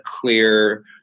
clear